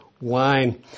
wine